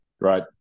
right